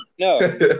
No